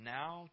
now